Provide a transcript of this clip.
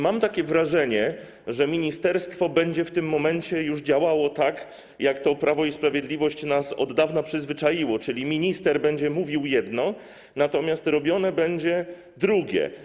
Mam takie wrażenie, że ministerstwo będzie w tym momencie już działało tak, jak to Prawo i Sprawiedliwość nas od dawna przyzwyczaiło, czyli minister będzie mówił jedno, natomiast robione będzie drugie.